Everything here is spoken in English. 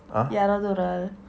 !huh!